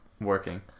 working